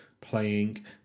playing